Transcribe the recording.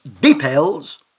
details